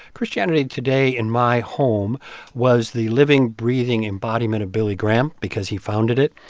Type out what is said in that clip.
christianity today in my home was the living, breathing embodiment of billy graham because he founded it.